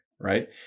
right